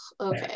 Okay